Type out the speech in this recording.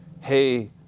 hey